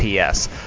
PS